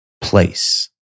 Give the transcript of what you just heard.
place